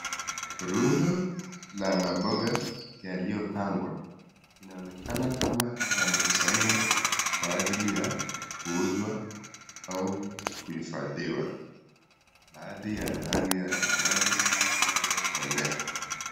Rundo la maboga yalioyopangwa. Inaonekana kama yamekusanywa kwa ajili ya kuuzwa au kuhifadhiwa. Baadhi yana rangi ya kijani iliyokolea.